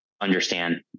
understand